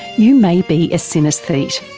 you may be a synaesthete.